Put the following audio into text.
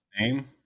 name